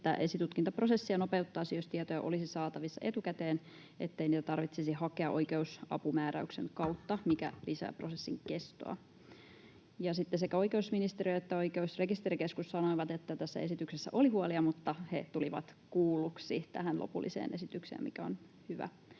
että esitutkintaprosessia nopeuttaisi, jos tietoja olisi saatavissa etukäteen, ettei niitä tarvitsisi hakea oikeusapumääräyksen kautta, mikä lisää prosessin kestoa. Sekä oikeusministeriö että Oikeusrekisterikeskus sanoivat, että tässä esityksessä oli huolia, mutta he tulivat kuulluiksi tähän lopulliseen esitykseen, mikä on hyvä